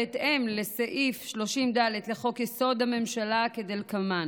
בהתאם לסעיף 30(ד) לחוק-יסוד: הממשלה כדלקמן: